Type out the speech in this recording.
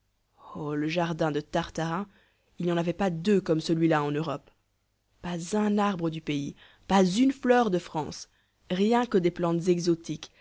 le jardin de tartarin il n'y en avait pas deux comme celui-là en europe pas un arbre du pays pas une fleur de france rien que des plantes exotiques